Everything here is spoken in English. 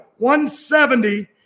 170